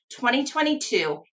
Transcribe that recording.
2022